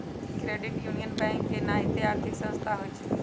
credit union bank के नाहिते आर्थिक संस्था होइ छइ